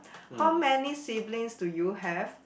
how many siblings do you have